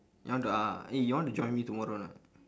you want to uh eh you want to join me tomorrow or not